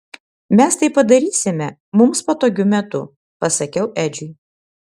mes tai padarysime mums patogiu metu pasakiau edžiui